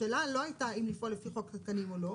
השאלה לא הייתה האם לפעול לפי חוק התקנים או לא,